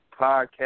podcast